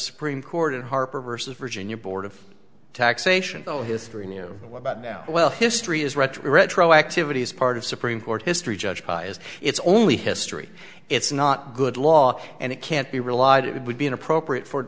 supreme court at harper versus virginia board of taxation the history and you know what about now well history is retro retroactivity is part of supreme court history judged by as its only history it's not good law and it can't be relied it would be inappropriate for